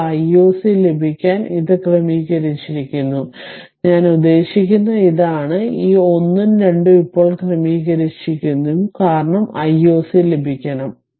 ഇപ്പോൾ I oc ലഭിക്കാൻ ഇത് ക്രമീകരിച്ചിരിക്കുന്നു ഞാൻ ഉദ്ദേശിക്കുന്നത് ഇതാണ് ഈ 1 ഉം 2 ഉം ഇപ്പോൾ ക്രമീകരിച്ചിരിക്കുന്നു കാരണം I o c ലഭിക്കണം